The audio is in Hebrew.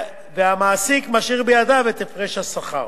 והמעסיק משאיר בידיו את הפרש השכר,